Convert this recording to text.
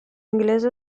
inglese